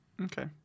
okay